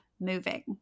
moving